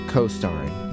Co-starring